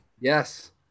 yes